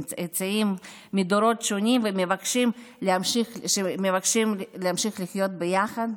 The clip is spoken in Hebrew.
צאצאים מדורות שונים שמבקשים להמשיך לחיות ביחד?